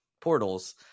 portals